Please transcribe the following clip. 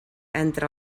entre